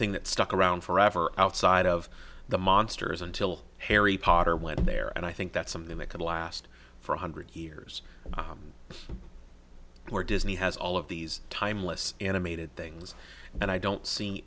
thing that stuck around forever outside of the monsters until harry potter went in there and i think that's something that could last for one hundred years where disney has all of these timeless animated things and i don't see